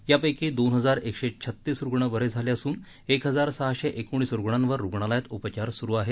यापैकी दोन हजार एकशे छत्तीस रुग्ण बरे झाले असून एक हजार सहाशे एकोणीस रुग्णांवर रुग्णालयांत उपचार सुरू आहे